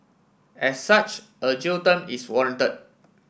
as such a jail term is warranted